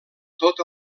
tot